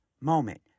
moment